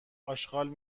اشغال